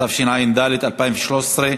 התשע"ד 2013,